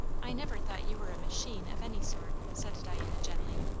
i never thought you were a machine, of any sort, said diana gently.